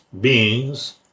beings